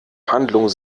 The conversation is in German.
handlung